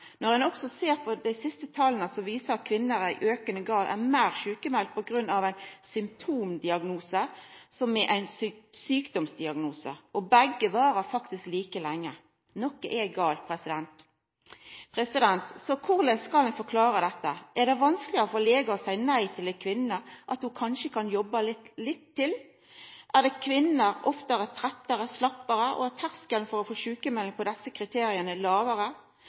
Når ein også ser på dei siste tala, viser dei at kvinner i aukande grad er meir sjukmelde på grunn av ein symptomdiagnose enn på grunn av ein sjukdomsdiagnose. Begge varar faktisk like lenge. Noko er gale. Korleis skal ein forklara dette? Er det vanskelegare for ein lege å seia nei til å sjukmelda ei kvinne og seia at ho kanskje kan jobba litt til? Er kvinner oftare trøyttare og slappare? Er terskelen for å få sjukmelding på desse kriteria lågare? Er